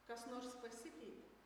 kas nors pasikeitė